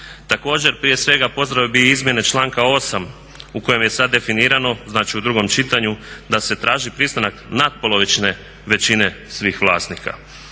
Također prije svega pozdravio bi izmjene članka 8. u kojem je sada definirano, znači u drugom čitanju da se traži pristanak natpolovične većine svih vlasnika.